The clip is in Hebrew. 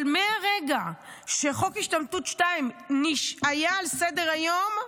אבל מהרגע שחוק השתמטות 2 היה על סדר היום,